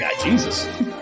Jesus